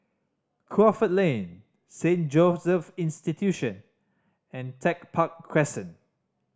Crawford Lane Saint Joseph Institution and Tech Park Crescent